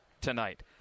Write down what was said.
tonight